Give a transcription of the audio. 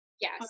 Yes